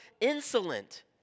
insolent